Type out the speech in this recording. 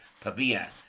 Pavia